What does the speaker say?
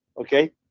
okay